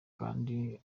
kandi